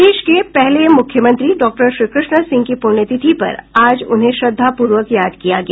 प्रदेश के पहले मुख्यमंत्री डॉक्टर श्रीकृष्ण सिंह की पुण्यतिथि पर आज उन्हें श्रद्धापूर्वक याद किया गया